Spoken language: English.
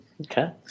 Okay